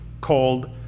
called